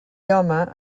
home